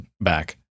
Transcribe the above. back